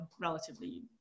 Relatively